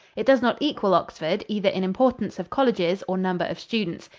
it does not equal oxford, either in importance of colleges or number of students.